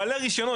בעלי רישיון,